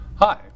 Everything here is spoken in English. Hi